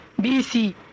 BC